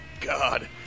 God